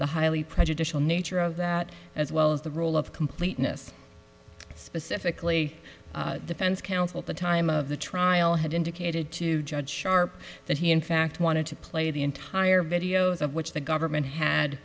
the highly prejudicial nature of that as well as the role of completeness specifically defense counsel at the time of the trial had indicated to judge sharp that he in fact wanted to play the entire video is of which the government had